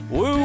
Woo